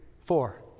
four